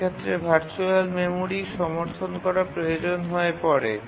সেক্ষেত্রে ভার্চুয়াল মেমরির সমর্থন করা প্রয়োজন হয়ে পড়ে